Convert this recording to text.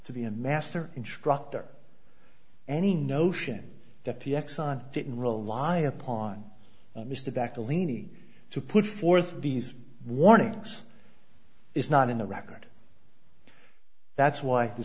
to be a master instructor any notion that the exxon didn't rely upon mr back to lead to put forth these warnings is not in the record that's why the